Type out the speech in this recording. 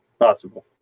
possible